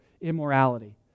immorality